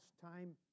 time